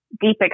deep